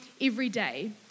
everyday